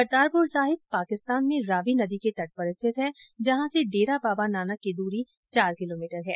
करतारपुर साहिब पाकिस्तान में रावी नदी के तट पर स्थित है जहां से डेरा बाबा नानक की दूरी चार किलोमीटर है